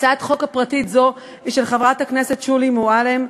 הצעת חוק פרטית זו היא של חברת הכנסת שולי מועלם.